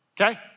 okay